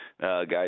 guys